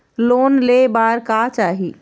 Loan ले बार का चाही?